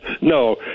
No